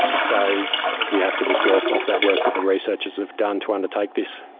so we have to just work off that work that the researchers have done to undertake this.